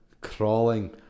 crawling